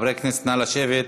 חברי הכנסת, נא לשבת.